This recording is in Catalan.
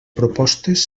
propostes